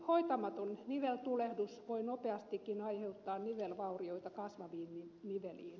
hoitamaton niveltulehdus voi nopeastikin aiheuttaa nivelvaurioita kasvaviin niveliin